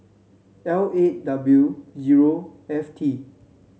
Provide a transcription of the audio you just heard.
L eight W zero F T